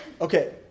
Okay